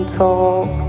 talk